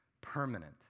permanent